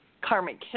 karmic